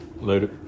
Later